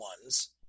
ones